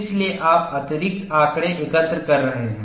इसलिए आप अतिरिक्त आंकड़े एकत्र कर रहे हैं